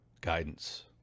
guidance